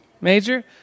major